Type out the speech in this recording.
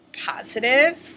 positive